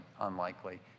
unlikely